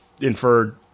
inferred